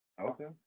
Okay